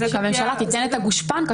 שהממשלה תיתן את הגושפנקה